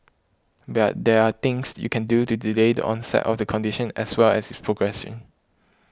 but there are things you can do to delay the onset of the condition as well as its progression